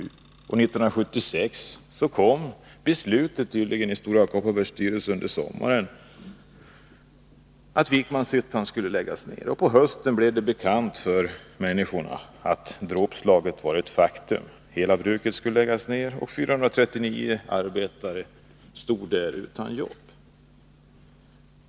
Under sommaren 1976 beslutade Stora Kopparbergs styrelse att Vikmanshyttan skulle läggas ned, och på hösten blev det bekant för människorna, och dråpslaget var ett faktum: hela bruket skulle läggas ned, och 439 arbetare stod utan jobb.